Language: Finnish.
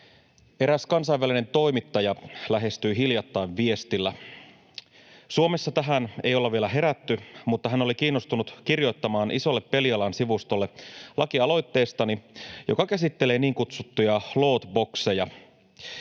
Eräs kansainvälinen toimittaja lähestyi hiljattain viestillä. Suomessa tähän ei olla vielä herätty, mutta hän oli kiinnostunut kirjoittamaan isolle pelialan sivustolle lakialoitteestani, joka käsittelee niin kutsuttuja loot boxeja.